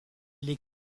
les